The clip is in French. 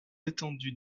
étendues